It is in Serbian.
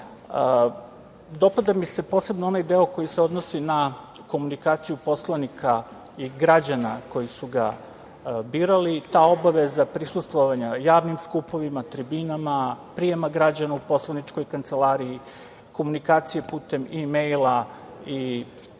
mi se posebno onaj deo koji se odnosi na komunikaciju poslanika i građana koji su ga birali. Ta obaveza prisustvovanja javnim skupovima, tribinama, prijama građana u poslaničkoj kancelariji, komunikaciji putem imejla i odgovaranje